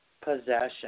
Possession